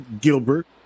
gilbert